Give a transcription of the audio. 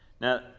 Now